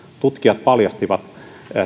tutkijat paljastivat